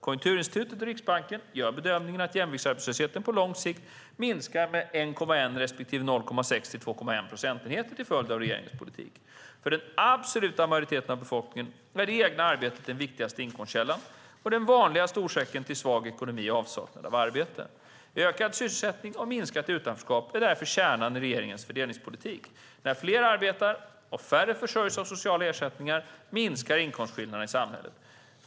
Konjunkturinstitutet och Riksbanken gör bedömningen att jämviktsarbetslösheten på lång sikt minskar med 1,1 respektive 0,6-2,1 procentenheter till följd av regeringens politik. För den absoluta majoriteten av befolkningen är det egna arbetet den viktigaste inkomstkällan, och den vanligaste orsaken till en svag ekonomi är avsaknaden av arbete. Ökad sysselsättning och minskat utanförskap är därför kärnan i regeringens fördelningspolitik. När fler arbetar och färre försörjs av sociala ersättningar minskar inkomstskillnaderna i samhället.